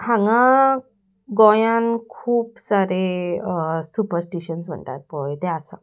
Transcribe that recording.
हांगा गोंयान खूब सारे सुपस्टिशन्स म्हणटात पळय ते आसा